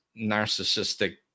narcissistic